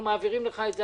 אנחנו מעבירים לך את זה,